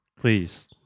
please